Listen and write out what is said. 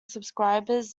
subscribers